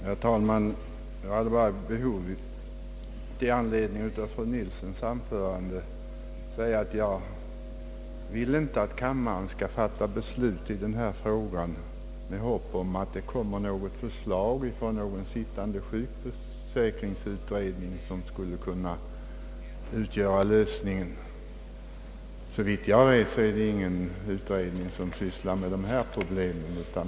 Herr talman! Jag vill bara i anledning av vad fru Nilsson anförde framhålla, att jag inte vill att kammaren skall fatta beslut i denna fråga i förhoppning om att det kommer att framläggas något förslag från den sittande sjukförsäkringsutredningen, vilket skulle kunna utgöra lösningen på detta spörsmål. Såvitt jag vet är det ingen utredning som arbetar med här aktuella problem.